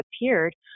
appeared